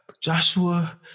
Joshua